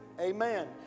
Amen